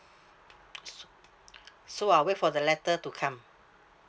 so so I wait for the letter to come